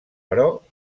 però